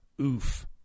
oof